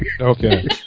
Okay